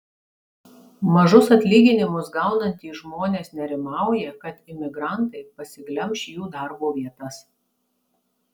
mažus atlyginimus gaunantys žmonės nerimauja kad imigrantai pasiglemš jų darbo vietas